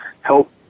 help